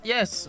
Yes